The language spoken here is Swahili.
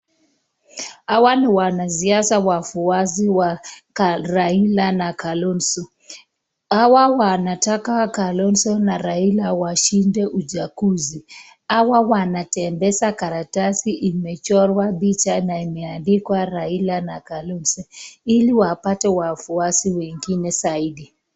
Hawa ni wanaharakati wa wafuasi wa Karaila na Kalonzo. Hawa wanataka Kalonzo na Raila washinde uchaguzi. Hawa wanatembeza karatasi imechorwa picha na imeandikwa Raila na Kalonzo ili wapate wafuasi wengine zaidi.